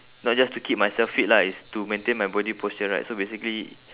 not just to keep myself fit lah it's to maintain my body posture right so basically